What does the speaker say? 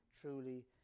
truly